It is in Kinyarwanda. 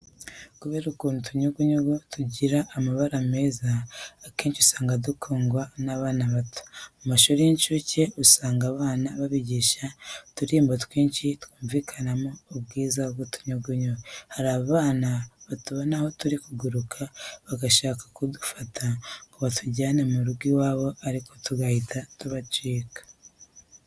Kubera ukuntu utunyugunyugu tugira amabara meza akenshi usanga dukundwa n'abana bato. Mu mashuri y'incuke usanga abana babigisha uturirimbo twinshi twumvikanisha ubwiza bw'utunyugunyugu. Hari abana batubona aho turi kuguruka bagashaka kudufata ngo batujyane mu rugo iwabo ariko tugahita tubacika.